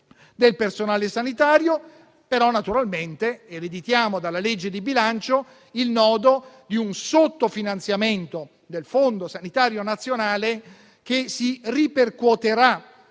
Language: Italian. del personale sanitario. Naturalmente ereditiamo dalla legge di bilancio il nodo di un sottofinanziamento del Fondo sanitario nazionale che si ripercuoterà